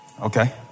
Okay